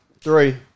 Three